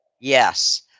Yes